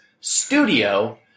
Studio